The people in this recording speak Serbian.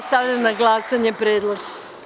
Stavljam na glasanje predlog.